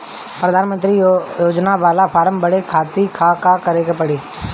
प्रधानमंत्री योजना बाला फर्म बड़े खाति का का करे के पड़ी?